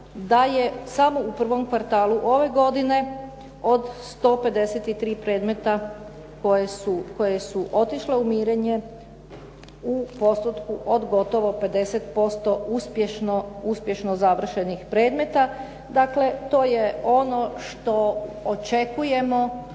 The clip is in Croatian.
da je samo u 1. kvartalu ove godine od 153 predmeta koja su otišla u mirenje u postotku od gotovo 50% uspješno završenih predmeta. Dakle, to je ono što očekujemo